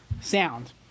sound